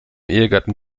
ehegatten